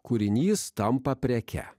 kūrinys tampa preke